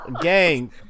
Gang